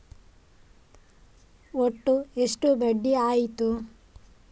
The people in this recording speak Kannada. ಒಟ್ಟು ಎಷ್ಟು ಬಡ್ಡಿ ಆಯಿತು?